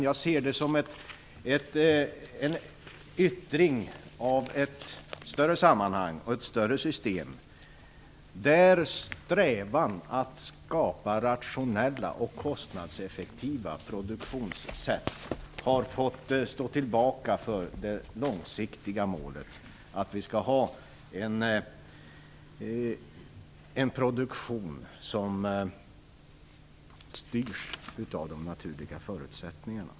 Jag ser det också som en yttring i ett större sammanhang och i ett större system, där strävan att skapa rationella och kostnadseffektiva produktionssätt har fått stå tillbaka för det långsiktiga målet: att vi skall ha en produktion som styrs av naturliga förutsättningar.